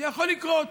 זה יכול לקרות,